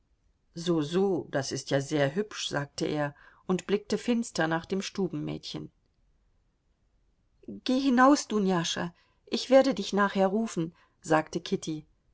soll soso das ist ja sehr hübsch sagte er und blickte finster nach dem stubenmädchen geh hinaus dunjascha ich werde dich nachher rufen sagte kitty